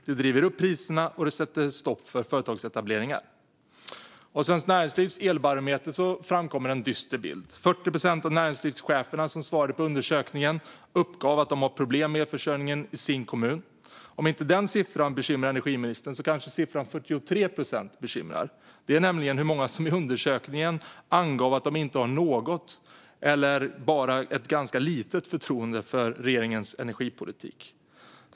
Det driver upp priserna och sätter stopp för företagsetableringar. Av Svenskt Näringslivs elbarometer framkommer en dyster bild. 40 procent av de näringslivschefer som svarade på undersökningen uppgav att de hade problem med elförsörjningen i sin kommun. Om inte den siffran bekymrar energiministern kanske siffran 43 procent gör det. Det är nämligen hur många som i undersökningen angav att de inte hade något eller bara ett ganska litet förtroende för regeringens energipolitik.